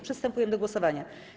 Przystępujemy do głosowania.